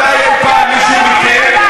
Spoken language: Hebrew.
מתי אי-פעם מישהו מכם,